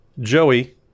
Joey